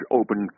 open